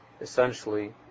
Essentially